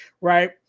right